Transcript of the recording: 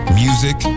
music